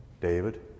David